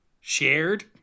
shared